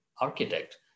architect